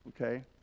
okay